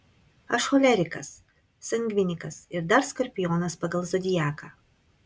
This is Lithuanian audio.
aš cholerikas sangvinikas ir dar skorpionas pagal zodiaką